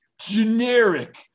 generic